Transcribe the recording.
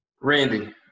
Randy